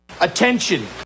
Attention